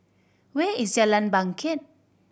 where is Jalan Bangket